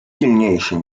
silniejszy